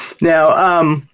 Now –